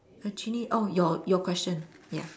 actually oh your your question ya